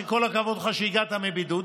כל הכבוד לך שהגעת מבידוד,